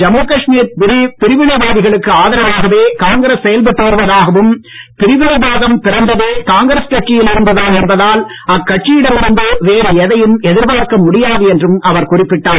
ஜம்மு காஷ்மீர் பிரிவினைவாதிகளுக்கு ஆதரவாகவே காங்கிரஸ் செயல்பட்டு வருவதாகவும் பிரிவினைவாதம் பிறந்ததே காங்கிரஸ் கட்சியில் இருந்துதான் என்பதால் அக்கட்சியிடம் இருந்து வேறு எதையும் எதிர்பார்க்க முடியாது என்றும் அவர் குறிப்பிட்டார்